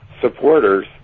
supporters